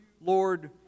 Lord